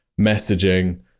messaging